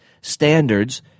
standards